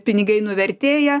pinigai nuvertėja